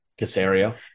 Casario